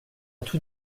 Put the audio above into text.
tout